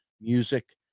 music